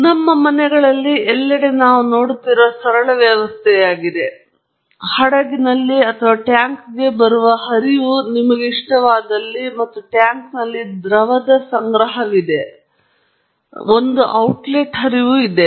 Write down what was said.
ಈಗ ಇದು ನಮ್ಮ ಮನೆಗಳಲ್ಲಿ ಎಲ್ಲೆಡೆ ನಾವು ನೋಡುತ್ತಿರುವ ಸರಳ ವ್ಯವಸ್ಥೆಯಾಗಿದೆ ಮತ್ತು ಕೈಗಾರಿಕೆಗಳಲ್ಲಿಯೂ ಹಡಗಿನಲ್ಲಿ ಅಥವಾ ಟ್ಯಾಂಕ್ಗೆ ಬರುವ ಹರಿವು ನಿಮಗೆ ಇಷ್ಟವಾದಲ್ಲಿ ಮತ್ತು ಟ್ಯಾಂಕ್ನಲ್ಲಿ ದ್ರವದ ಕೆಲವು ಸಂಗ್ರಹವಿದೆ ಮತ್ತು ನಂತರ ಒಂದು ಔಟ್ಲೆಟ್ ಹರಿವು ಇದೆ